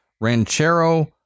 Ranchero